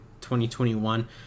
2021